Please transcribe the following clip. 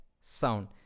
sound